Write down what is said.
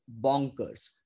bonkers